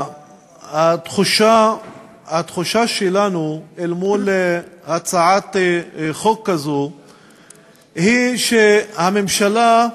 התחושה שלנו אל מול הצעת חוק כזו היא שהממשלה,